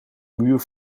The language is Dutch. muur